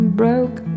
broke